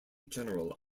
general